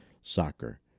soccer